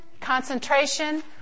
concentration